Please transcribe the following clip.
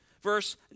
Verse